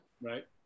Right